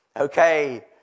Okay